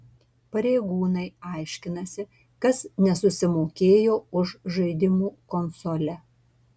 pareigūnai aiškinasi kas nesusimokėjo už žaidimų konsolę